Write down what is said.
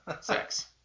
sex